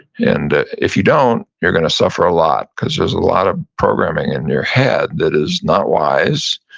and if you don't, you're gonna suffer a lot cause there's a lot of programming in your head that is not wise,